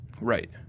Right